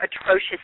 atrocious